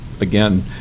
again